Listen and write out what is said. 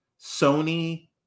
sony